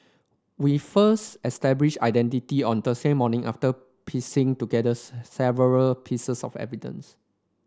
we first established identity on Thursday morning after piecing together several pieces of evidence